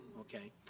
okay